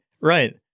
Right